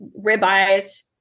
ribeyes